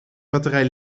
batterij